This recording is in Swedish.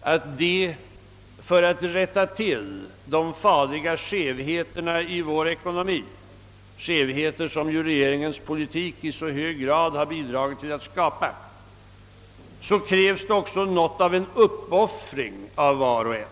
att det för att man skall kunna rätta till de farliga skevheterna i vår ekonomi — skevheter som ju regeringens politik i så hög grad har bidragit till att skapa — också krävs något av en uppoffring av var och en.